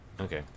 Okay